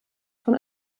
von